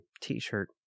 t-shirt